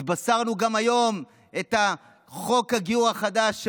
התבשרנו היום גם על חוק הגיור החדש,